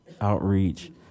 outreach